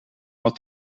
had